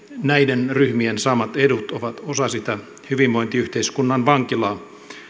näiden ryhmien saamat edut ovat osa sitä hyvinvointiyhteiskunnan vankilaa